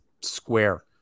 square